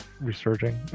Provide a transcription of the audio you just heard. resurging